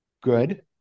good